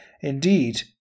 Indeed